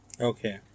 Okay